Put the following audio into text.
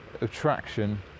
attraction